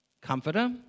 comforter